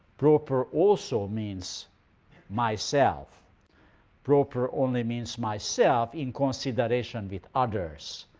propre also means myself propre only means myself in consideration with others.